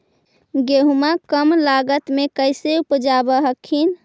गेहुमा कम लागत मे कैसे उपजाब हखिन?